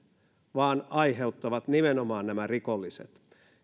vaan joita aiheuttavat nimenomaan nämä rikolliset